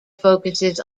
focuses